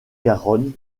garonne